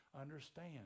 understand